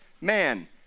Man